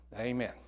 amen